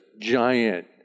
giant